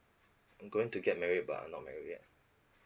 going to get married but I'm not married yet